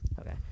Okay